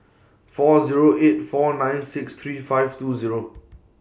four Zero eight four nine six three five two Zero